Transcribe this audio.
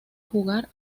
jugar